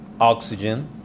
Oxygen